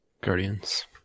Guardians